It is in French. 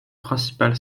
principal